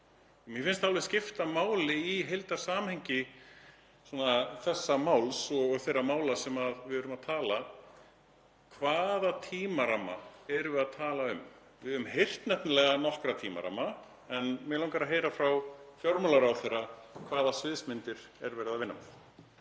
Mér finnst það skipta máli í heildarsamhengi þessa máls og þeirra mála sem við erum að tala um. Hvaða tímaramma erum við að tala um? Við höfum heyrt nefnilega um nokkra tímaramma en mig langar að heyra frá fjármálaráðherra hvaða sviðsmyndir er verið að vinna með.